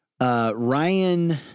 Ryan